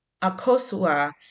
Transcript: Akosua